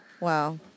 Wow